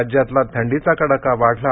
राज्यातला थंडीचा कडाका वाढला